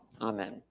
Amen